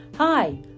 Hi